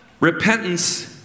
Repentance